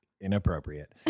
inappropriate